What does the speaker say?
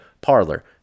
parlor